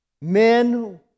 Men